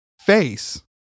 Face